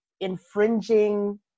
infringing